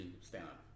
stand-up